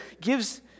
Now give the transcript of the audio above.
gives